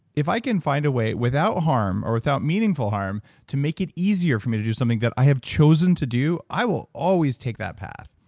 if i can find a way without harm, or without meaningful harm, to make it easier for me to do something that i have chosen to do, i will always take that path.